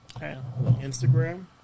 Instagram